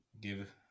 give